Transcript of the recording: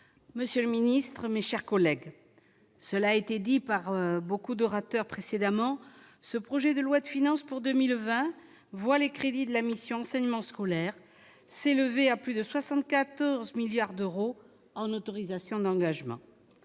monsieur le Ministre, mes chers collègues, cela a été dit par beaucoup d'orateurs précédemment, ce projet de loi de finances pour 2020 voix les crédits de la mission enseignement scolaire s'élever à plus de 74 milliards d'euros en autorisations d'engagement,